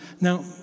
now